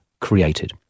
created